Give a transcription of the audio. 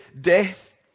death